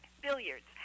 Billiards